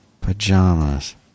pajamas